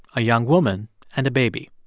a young woman and a baby.